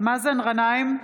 מאזן גנאים,